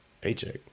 Paycheck